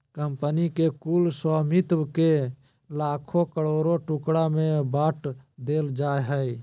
company के कुल स्वामित्व के लाखों करोड़ों टुकड़ा में बाँट देल जाय हइ